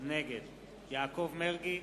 נגד יעקב מרגי,